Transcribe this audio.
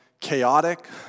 Chaotic